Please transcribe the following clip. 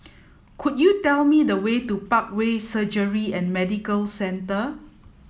could you tell me the way to Parkway Surgery and Medical Centre